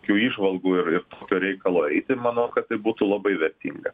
tokių įžvalgų ir ir tokio reikalo eiti manau kad tai būtų labai vertinga